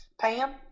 Pam